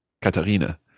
Katharina